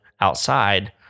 outside